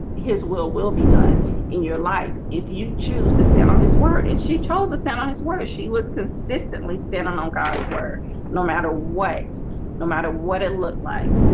his will will be done in your life if you choose to stand on his word and she chose the sin on his word she was consistently standing on on god's word no matter what no matter what it looked like.